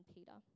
Peter